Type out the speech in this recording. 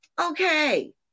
Okay